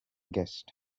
guest